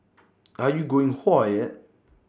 are you going whoa yet